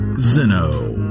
Zeno